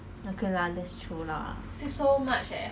你从这边去那边多少钱